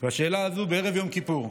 והשאלה הזו, בערב יום כיפור,